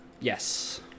Yes